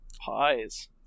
Pies